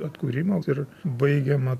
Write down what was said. atkūrimo ir baigiama